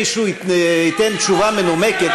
מישהו ייתן תשובה מנומקת.